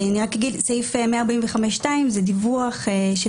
אני רק אגיש שסעיף 145(2) זה דיווח של